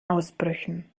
ausbrüchen